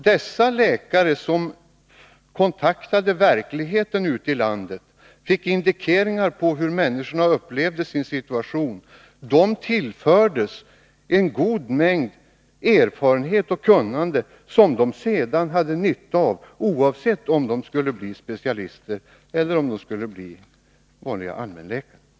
Dessa läkare, som hade kontakt med verkligheten ute i landet, fick indikeringar på hur människorna upplevde sin situation. De tillfördes en god mängd erfarenhet och kunnande, som de sedan hade nytta av, oavsett om de skulle bli specialister eller vanliga allmänläkare.